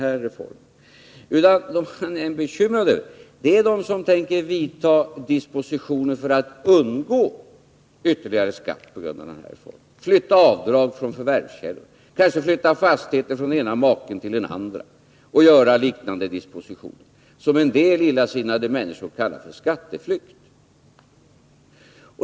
De som han är bekymrad över är i stället de som tänker vidta dispositioner för att undgå ytterligare skatt på grund av denna reform — genom att flytta avdrag från förvärvskällor, eller kanske fastigheter från den ena maken till den andra, och göra liknande arrangemang, som en del illasinnade människor kallar skatteflykt.